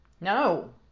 No